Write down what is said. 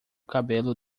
cabelo